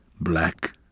black